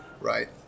right